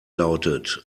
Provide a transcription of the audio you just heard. lautet